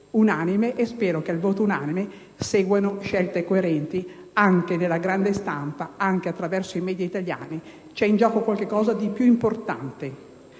unanime e spero che ad esso seguano scelte coerenti, anche nella grande stampa, anche attraverso i *media* italiani. C'è in gioco qualcosa di più importante